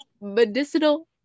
medicinal